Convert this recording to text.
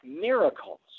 miracles